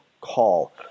call